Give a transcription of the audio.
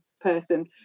person